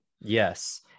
yes